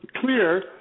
clear